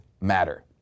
matter